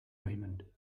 raymond